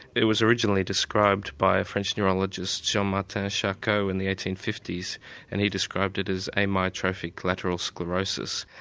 it was originally described by a french neurologist jean-martin charcot in the eighteen fifty s and he described it as amyotrophic lateral sclerosis.